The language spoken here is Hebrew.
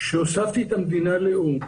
שהוספתי את המדינה לאום,